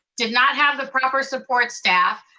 did not have the proper support staff,